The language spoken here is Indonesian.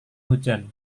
hujan